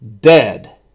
dead